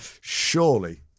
Surely